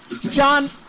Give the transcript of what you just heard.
John